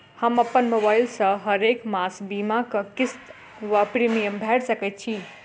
हम अप्पन मोबाइल सँ हरेक मास बीमाक किस्त वा प्रिमियम भैर सकैत छी?